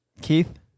Keith